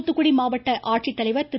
தூாத்துகுடி மாவட்ட ஆட்சித்தலைவர் திரு